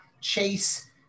Chase